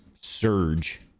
surge